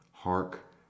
Hark